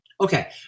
Okay